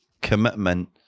commitment